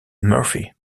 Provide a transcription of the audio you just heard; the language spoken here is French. murphy